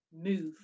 Move